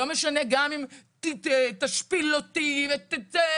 לא משנה גם אם תשפיל אותי וזה,